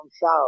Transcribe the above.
south